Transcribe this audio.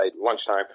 lunchtime